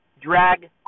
drag